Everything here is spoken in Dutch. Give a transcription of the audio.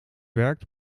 werkt